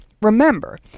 Remember